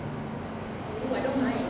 oh I don't mind